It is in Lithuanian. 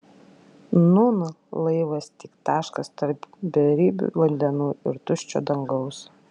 nūn laivas tik taškas tarp beribių vandenų ir tuščio dangaus